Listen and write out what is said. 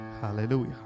Hallelujah